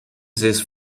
this